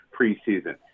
preseason